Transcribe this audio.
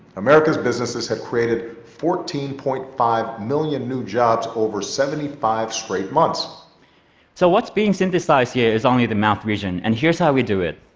america's businesses have created fourteen point five million new jobs over seventy five straight months. ss so what's being synthesized here is only the mouth region, and here's how we do it.